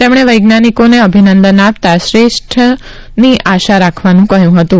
તેમણેવૈજ્ઞાનિકોને અભિનંદન આપતા શ્રેષ્ઠની આશા રાખવાનું કહયું હતું